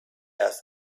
asked